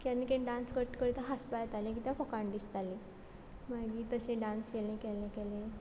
केन्ना केन्ना डांस करत करत हांसपा येतालें कित्या फोकाण दिसतालीं मागी तशे डांस केले केले केले